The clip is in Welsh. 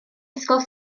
ysgol